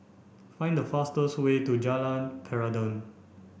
find the fastest way to Jalan Peradun